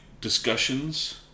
discussions